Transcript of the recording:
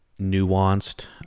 nuanced